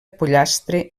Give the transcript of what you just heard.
pollastre